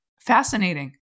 Fascinating